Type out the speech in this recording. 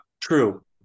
true